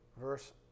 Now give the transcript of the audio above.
verse